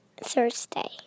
Thursday